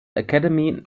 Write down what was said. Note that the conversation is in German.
academy